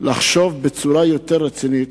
לחשוב בצורה יותר רצינית